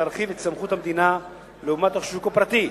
להרחיב את סמכות המדינה לעומת השוק הפרטי.